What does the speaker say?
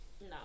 No